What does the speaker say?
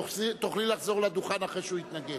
תוכלי לחזור לדוכן אחרי שהוא יתנגד,